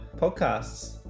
podcasts